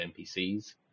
npcs